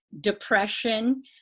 depression